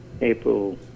April